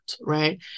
right